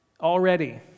already